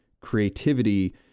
creativity